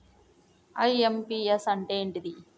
IMPS అంటే ఏంటిది?